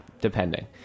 depending